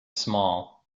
small